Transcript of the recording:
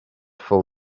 full